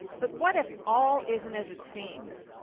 but what if all isn't as it seems?